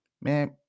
man